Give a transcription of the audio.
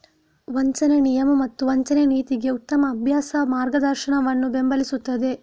ವಂಚನೆ ನಿಯಮ ಮತ್ತು ವಂಚನೆ ನೀತಿಗೆ ಉತ್ತಮ ಅಭ್ಯಾಸ ಮಾರ್ಗದರ್ಶನವನ್ನು ಬೆಂಬಲಿಸುತ್ತದೆ